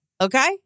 Okay